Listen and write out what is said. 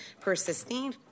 persisting